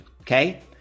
okay